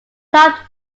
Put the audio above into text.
top